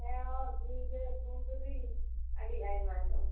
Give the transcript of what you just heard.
ᱰᱷᱮᱲᱚᱥ ᱡᱷᱤᱜᱟᱹ ᱠᱩᱱᱫᱨᱤ ᱟᱹᱰᱤ ᱟᱭᱢᱟ ᱠᱚ